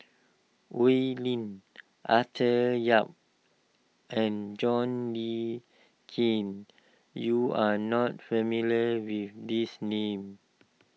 Oi Lin Arthur Yap and John Le Cain you are not familiar with these names